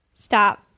Stop